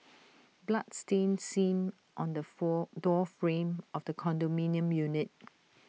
blood stain seen on the fool door frame of the condominium unit